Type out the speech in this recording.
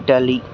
Italy